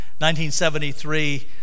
1973